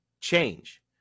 change